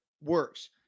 works